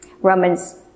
Romans